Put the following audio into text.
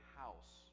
house